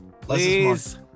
Please